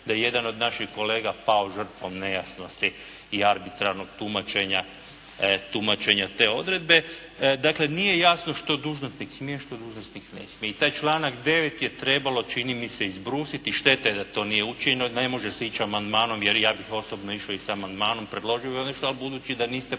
da je jedan od naših kolega pao žrtvom nejasnosti i arbitrarnog tumačenja te odredbe. Dakle, nije jasno što dužnosnik smije, što dužnosnik ne smije. I taj članak 9. je trebalo, čini mi se izbrusiti, šteta je da to nije učinjeno, ne može se ići amandmanom, jer ja bih osobno išao i s amandmanom, predložio bih, ali budući da niste predložili